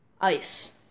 ice